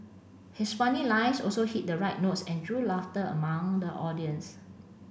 his funny lines also hit the right notes and drew laughter among the audience